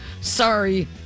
sorry